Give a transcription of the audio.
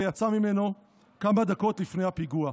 ויצאה ממנו כמה דקות לפני הפיגוע.